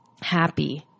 Happy